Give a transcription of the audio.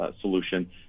solution